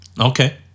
okay